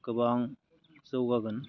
गोबां जौगागोन